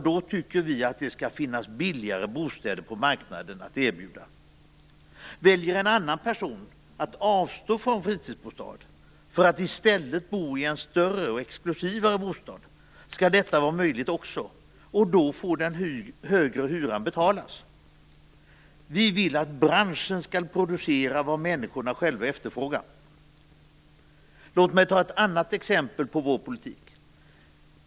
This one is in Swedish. Då tycker vi att det skall finnas billigare bostäder att erbjuda på marknaden. Väljer en annan person att avstå från fritidsbostad för att i stället bo i en större och exklusivare bostad, skall också detta vara möjligt. Då får en högre hyra betalas. Vi vill att branschen skall producera vad människorna själva efterfrågar. Låt mig ta ett annat exempel på vår politik.